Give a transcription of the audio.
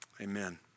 Amen